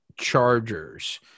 Chargers